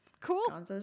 cool